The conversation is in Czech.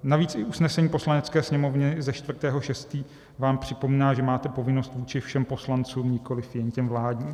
Navíc i usnesení Poslanecké sněmovny ze 4. 6. vám připomíná, že máte povinnost vůči všem poslancům, nikoli jen těm vládním.